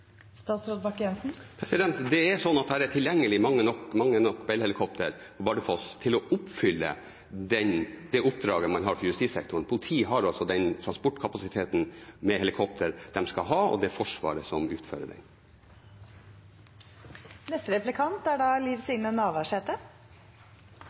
Det er sånn at det er tilgjengelig mange nok Bell-helikoptre på Bardufoss til å oppfylle det oppdraget man har for justissektoren. Politiet har den transportkapasiteten med helikoptre de skal ha, og det er Forsvaret som utfører